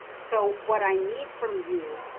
so, what i need from you